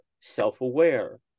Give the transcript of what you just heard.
self-aware